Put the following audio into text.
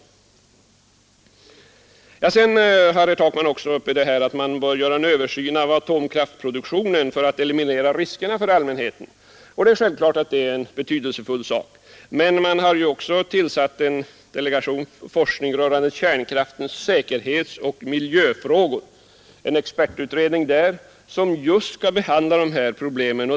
30 november 1972 Herr Takman vill också att man skall göra en översyn av atomkraft: —rFZ— ——— produktionen för att eliminera riskerna för allmänheten. Det är självfallet Resursoch energien betydelsefull sak, men man har tillsatt en expertdelegation för politiken m.m. forskning rörande kärnkraftens säkerhetsoch miljöfrågor, som skall behandla just de här problemen.